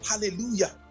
hallelujah